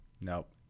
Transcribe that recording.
Nope